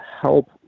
help